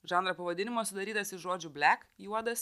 žanro pavadinimas sudarytas iš žodžių blek juodas